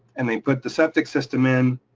and they put the septic system in,